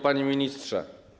Panie Ministrze!